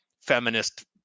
feminist